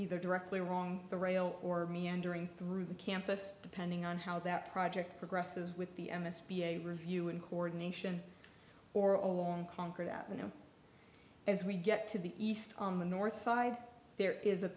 either directly or on the rail or meandering through the campus depending on how that project progresses with the m s b a review and coordination or alone conquer that we know as we get to the east on the north side there is a